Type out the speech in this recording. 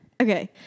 Okay